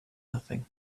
nothing